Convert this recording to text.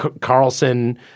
Carlson